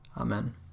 Amen